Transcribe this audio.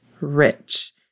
rich